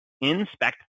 inspect